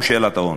עם שאלת העוני.